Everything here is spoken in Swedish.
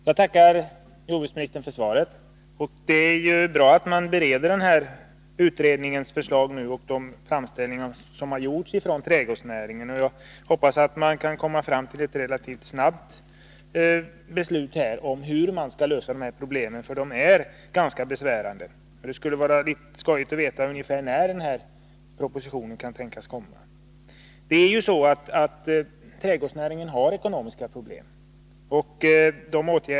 Herr talman! Jag tackar jordbruksministern för svaret. Det är bra att regeringen nu bereder trädgårdsutredningens förslag och de framställningar som har gjorts från trädgårdsnäringen. Jag hoppas att man relativt snart kan komma fram till ett beslut om hur man skall lösa dess problem, för de är ganska besvärande. Det skulle vara riktigt skojigt att få veta ungefär när denna proposition kan tänkas komma. Trädgårdsnäringen har ekonomiska problem.